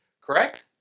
correct